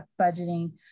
budgeting